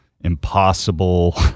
impossible